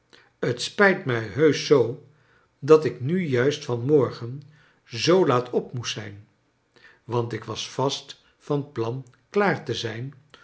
t spijt mij heusch zoo dat ik nu juist van morgen zoo laat op nioest zijn want ik was vast van plan klaar te zijn